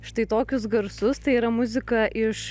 štai tokius garsus tai yra muzika iš